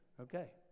okay